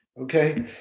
Okay